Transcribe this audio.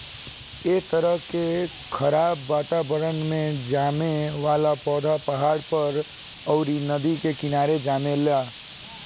ए तरह के खराब वातावरण में जामे वाला पौधा पहाड़ पर, अउरी नदी के किनारे जामेला